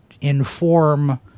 inform